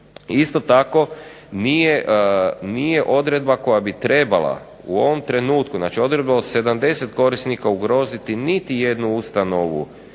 isto tako nije odredba koja bi trebala u ovom trenutku, znači odredba o 70 korisnika ugroziti niti jednu ustanovu,